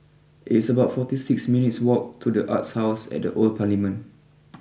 it's about forty six minutes walk to the Arts house at the Old Parliament